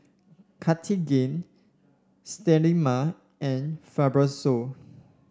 Cartigain Sterimar and Fibrosol